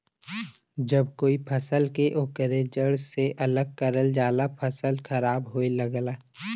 जब कोई फसल के ओकरे जड़ से अलग करल जाला फसल खराब होये लगला